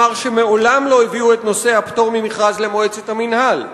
אמר שמעולם לא הביאו את נושא הפטור ממכרז למועצת המינהל?